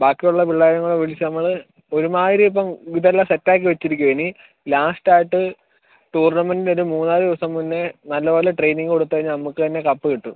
ബാക്കിയുള്ള പിള്ളേരെയും കൂടെ വിളിച്ച് നമ്മൾ ഒരു മാതിരി ഇപ്പോൾ ഇത് എല്ലാം സെറ്റ് ആക്കി വെച്ചിരിക്കുകയാണ് ഇനി ലാസ്റ്റ് ആയിട്ട് ടൂർണമെൻറ്റ് ഒരു മൂന്നാല് ദിവസം മുന്നേ നല്ല പോലെ ട്രെയിനിംഗ് കൊടുത്ത് കഴിഞ്ഞാൽ നമുക്ക് തന്നെ കപ്പ് കിട്ടും